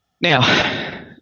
Now